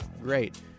great